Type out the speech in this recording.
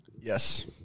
Yes